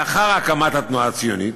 לאחר הקמת התנועה הציונית,